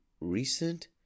recent